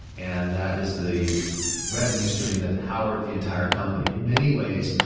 and that is the revenue stream that powered the entire company. in many ways,